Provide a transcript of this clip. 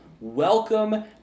welcome